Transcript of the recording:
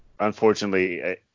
Unfortunately